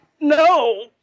no